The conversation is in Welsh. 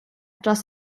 dros